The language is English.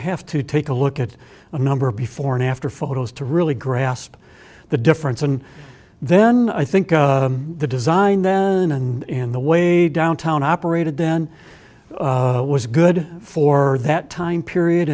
have to take a look at the number before and after photos to really grasp the difference and then i think the design then and in the way downtown operated then it was good for that time period